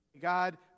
God